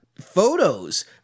photos